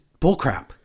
bullcrap